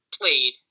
played